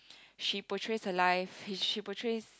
she portrays her life she portrays